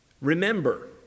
Remember